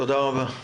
תודה רבה.